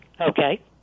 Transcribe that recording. Okay